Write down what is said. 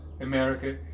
America